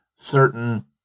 certain